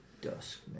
dusk